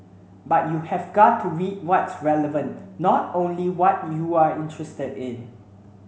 but you have got to read what's relevant not only what you're interested in